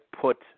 put